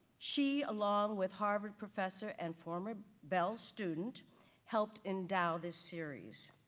she, along with harvard professor and former bell student helped endow this series